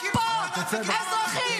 הזאת?